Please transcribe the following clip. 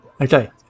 Okay